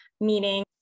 meeting